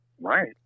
Right